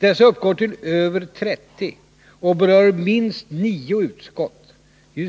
Dessa uppgår till över 30 och berör minst 9 utskott . Det